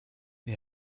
wer